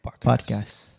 Podcast